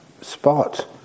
spot